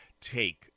take